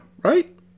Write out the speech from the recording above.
right